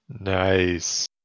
Nice